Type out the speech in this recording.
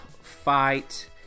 fight